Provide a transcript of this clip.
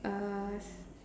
uh